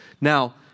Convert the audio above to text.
Now